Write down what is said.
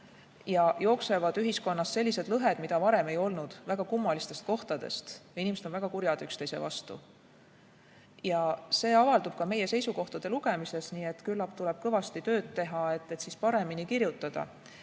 jooksevad sellised lõhed, mida varem ei olnud, väga kummalistest kohtadest, ja inimesed on väga kurjad üksteise vastu. See avaldub ka meie seisukohtade lugemises, nii et küllap tuleb kõvasti tööd teha, et paremini kirjutada.